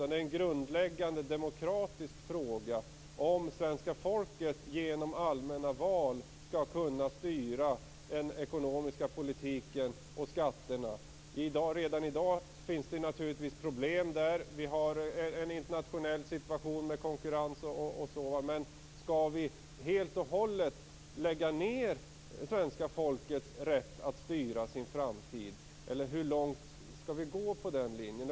Det är en grundläggande demokratisk fråga om svenska folket genom allmänna val skall kunna styra den ekonomiska politiken och skatterna. Redan i dag finns det naturligtvis problem där. Vi har en situation med internationell konkurrens. Men skall vi helt och hållet lägga ned svenska folkets rätt att styra sin framtid, eller hur långt skall vi gå på den linjen?